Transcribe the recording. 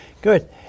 Good